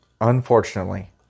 Unfortunately